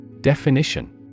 Definition